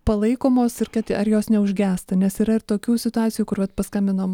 palaikomos ir kad ar jos neužgęsta nes yra ir tokių situacijų kur vat paskambinom